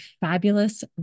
fabulous